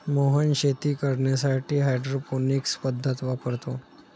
मोहन शेती करण्यासाठी हायड्रोपोनिक्स पद्धत वापरतो